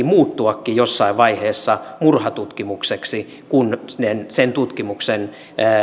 muuttuakin jossain vaiheessa murhatutkimukseksi kun sen tutkimus sen